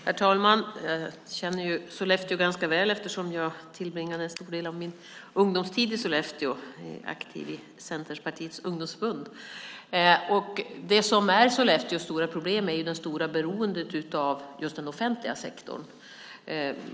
Herr talman! Jag känner ju Sollefteå ganska väl eftersom jag tillbringade en stor del av min ungdomstid där som aktiv i Centerpartiets ungdomsförbund. Det som är Sollefteås stora problem är det stora beroendet av just den offentliga sektorn.